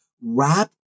wrap